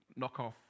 knockoff